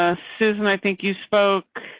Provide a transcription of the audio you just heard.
ah susan. i think you spoke.